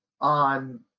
on